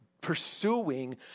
pursuing